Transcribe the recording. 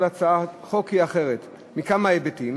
כל הצעת חוק היא אחרת, מכמה היבטים.